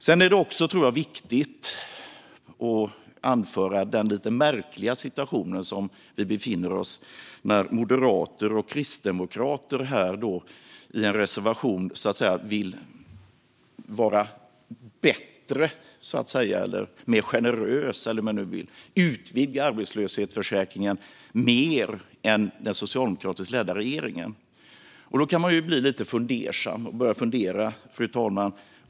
Jag tror också att det är viktigt att anföra den lite märkliga situation som vi befinner oss i när moderater och kristdemokrater i en reservation vill vara bättre och mer generösa, så att säga, och utvidga arbetslöshetsförsäkringen mer än den socialdemokratiskt ledda regeringen. Då kan man bli lite fundersam.